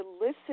listen